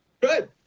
Good